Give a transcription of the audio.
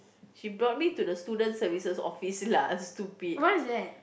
she brought me to the student services office lah stupid